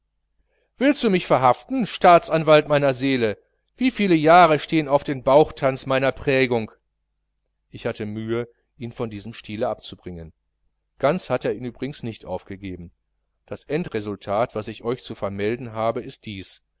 willst du mich verhaften staatsanwalt meiner seele wieviel jahre stehen auf den bauchtanz meiner prägung ich hatte mühe ihn von diesem stil abzubringen ganz hat er ihn überhaupt nicht aufgegeben das endresultat was ich euch zu vermelden habe ist dies